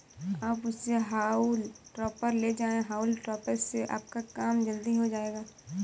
आप मुझसे हॉउल टॉपर ले जाएं हाउल टॉपर से आपका काम जल्दी हो जाएगा